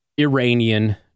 Iranian